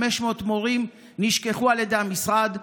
500 מורים נשכחו על ידי המשרד.